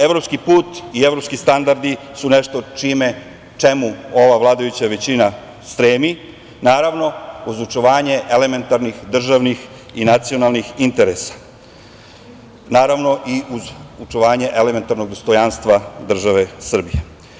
Evropski put i evropski standardi su nešto čemu ova vladajuća većina stremi, naravno, uz očuvanje elementarnih državnih i nacionalnih interesa, naravno i uz očuvanje elementarnog dostojanstva države Srbije.